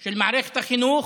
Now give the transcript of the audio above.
של מערכת החינוך,